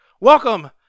Welcome